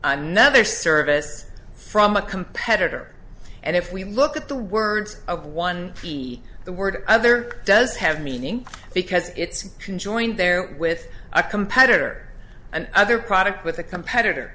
another service from a competitor and if we look at the words of one b the word other does have meaning because it's been joined there with a competitor an other product with a competitor